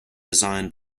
designed